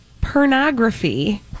pornography